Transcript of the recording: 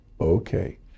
okay